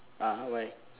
(uh huh) why